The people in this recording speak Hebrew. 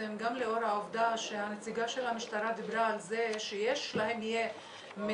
גם לאור העובדה שהנציגה של המשטרה דיברה על זה שיש להם מידע